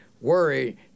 worry